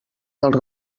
dels